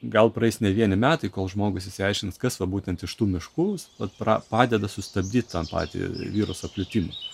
gal praeis ne vieni metai kol žmogus išsiaiškins kas va būtent iš tų miškus vat pra padeda sustabdyt tą patį viruso plitimą